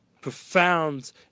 profound